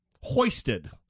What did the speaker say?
hoisted